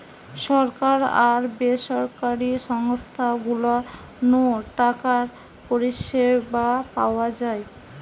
সরকার আর বেসরকারি সংস্থা গুলা নু টাকার পরিষেবা পাওয়া যায়